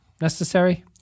necessary